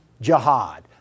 jihad